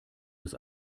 des